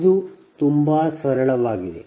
ಇದು ತುಂಬಾ ಸರಳವಾಗಿದೆ